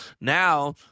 Now